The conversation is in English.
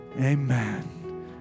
Amen